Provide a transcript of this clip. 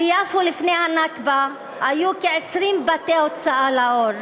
ביפו, לפני הנכבה, היו כ-20 בתי הוצאה לאור.